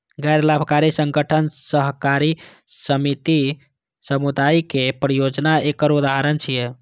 गैर लाभकारी संगठन, सहकारी समिति, सामुदायिक परियोजना एकर उदाहरण छियै